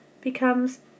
becomes